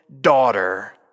daughter